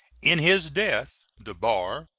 in his death the bar,